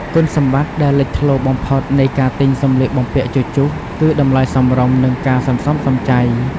គុណសម្បត្តិដែលលេចធ្លោបំផុតនៃការទិញសម្លៀកបំពាក់ជជុះ គឺតម្លៃសមរម្យ និងការសន្សំសំចៃ។